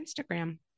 Instagram